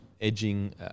edging